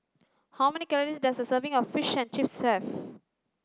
how many calories does a serving of Fish and Chips have